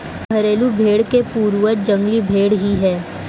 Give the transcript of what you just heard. घरेलू भेंड़ के पूर्वज जंगली भेंड़ ही है